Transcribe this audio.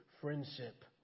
friendship